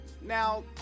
Now